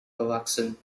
verwachsen